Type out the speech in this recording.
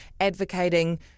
advocating